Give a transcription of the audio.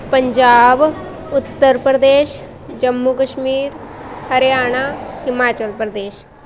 Punjab Uttar Pradesh Jammu Kashmir Haryana Himachal Pradesh